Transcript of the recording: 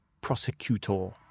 prosecutor